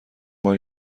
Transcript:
بار